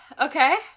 okay